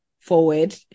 forward